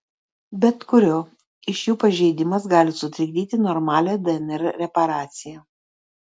bet kurio iš jų pažeidimas gali sutrikdyti normalią dnr reparaciją